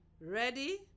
Ready